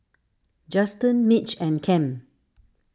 Justen Mitch and Kem